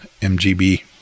MGB